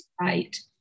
Right